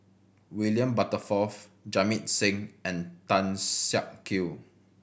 William Butterworth Jamit Singh and Tan Siak Kew